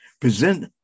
Present